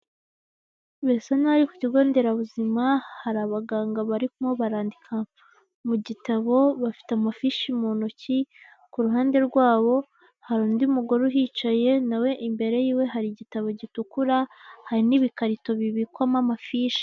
Birasa nkaho ari ku kigo nderabuzima, hari abaganga barimo barandika mu gitabo, bafite amafishi mu ntoki, ku ruhande rwabo hari undi mugore uhicaye, nawe imbere yiwe hari igitabo gitukura, hari n'ibikarito bibikwamo amafishi.